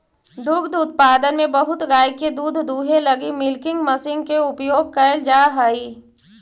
दुग्ध उत्पादन में बहुत गाय के दूध दूहे लगी मिल्किंग मशीन के उपयोग कैल जा हई